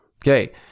Okay